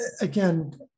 again